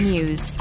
News